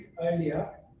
earlier